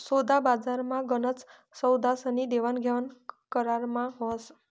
सोदाबजारमा गनच सौदास्नी देवाणघेवाण करारमा व्हस